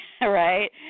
Right